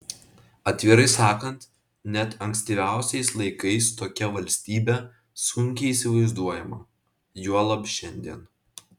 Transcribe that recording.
atvirai sakant net ankstyviausiais laikais tokia valstybė sunkiai įsivaizduojama juolab šiandien